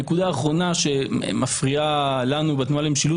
הנקודה האחרונה שמפריעה לנו בתנועה למשילות